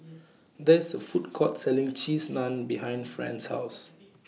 There IS A Food Court Selling Cheese Naan behind Fran's House